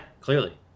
Clearly